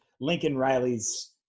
Lincoln-Riley's